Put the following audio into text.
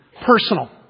personal